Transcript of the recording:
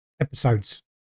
episodes